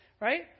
right